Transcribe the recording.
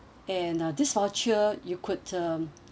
and uh this voucher you could um